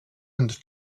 and